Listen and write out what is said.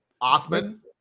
Othman